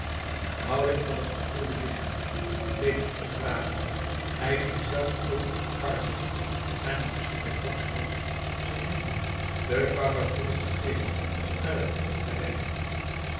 de houding van het vergroeide lichaampje leek hem ondragelijk hij ging zelf ook op de kar zitten en nam si bengkoks hoofd op zijn knieën den karrevoerder bevelend naar de fabriek te rijden